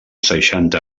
seixanta